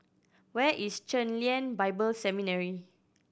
where is Chen Lien Bible Seminary